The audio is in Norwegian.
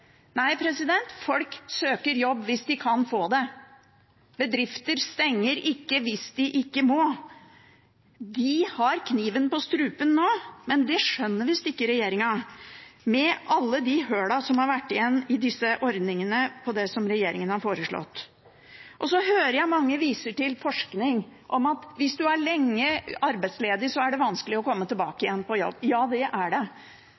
Nei, folk søker jobb hvis de kan få det. Bedrifter stenger ikke hvis de ikke må. De har kniven på strupen nå. Men det skjønner visst ikke regjeringen, med tanke på alle de hullene som har vært igjen i disse ordningene i det regjeringen har foreslått. Så hører jeg at mange viser til forskning om at hvis en er lenge arbeidsledig, så er det vanskelig å komme tilbake igjen på jobb. Ja, det er det.